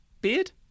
beard